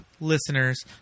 listeners